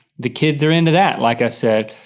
the kids are into that, like i said.